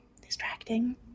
distracting